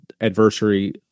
adversary